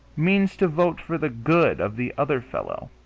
means to vote for the good of the other fellow,